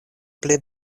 pli